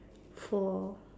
for